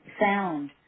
sound